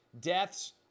Deaths